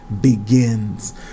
begins